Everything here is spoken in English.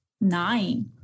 nine